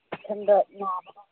ꯅꯥꯕꯀꯣ